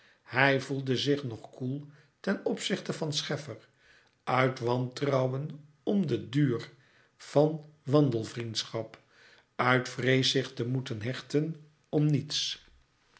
hij voelde zich nog koel ten opzichte van scheffer uit wantrouwen om den duur van wandelvriendschap uit vrees zich te moeten hechten louis couperus metamorfoze om niets